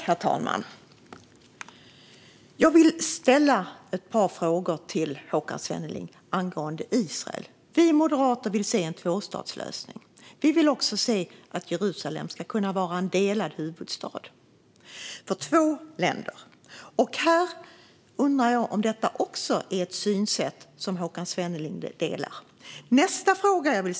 Herr talman! Jag vill ställa ett par frågor till Håkan Svenneling angående Israel. Vi moderater vill se en tvåstatslösning. Vi vill också att Jerusalem ska kunna vara en delad huvudstad för två länder. Delar Håkan Svenneling detta synsätt? Så till min andra fråga.